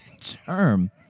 term